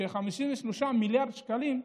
ש-53 מיליארד שקלים,